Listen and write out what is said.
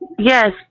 Yes